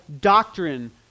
doctrine